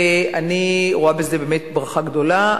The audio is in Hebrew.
ואני רואה בזה באמת ברכה גדולה.